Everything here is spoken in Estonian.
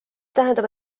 tähendab